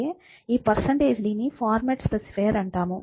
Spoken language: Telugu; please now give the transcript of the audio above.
ఈ dని ఫార్మాట్ స్పెసిఫైయర్ అంటారు